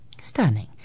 Stunning